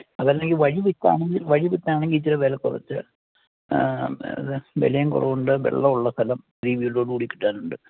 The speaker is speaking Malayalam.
അതല്ലെങ്കിൽ വഴി വിട്ടാണെങ്കിൽ വഴിവിട്ടാണെങ്കിൽ ഇച്ചിരി വില കുറച്ച് അത് വിലക്കുറവുണ്ട് വെള്ളം ഉള്ള സ്ഥലം ഈ വീടോട് കൂടി കിട്ടാനുണ്ട്